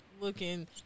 looking